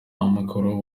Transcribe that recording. amikoro